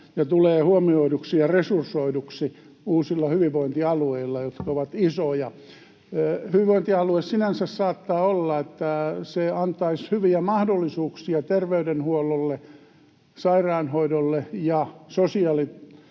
tulee huomioiduksi ja resursoiduksi uusilla hyvinvointialueilla, jotka ovat isoja. Sinänsä saattaa olla, että hyvinvointialue antaisi hyviä mahdollisuuksia terveydenhuollolle, sairaanhoidolle ja sosiaalitoimelle